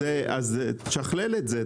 אז תשקלל את זה.